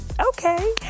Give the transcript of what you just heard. Okay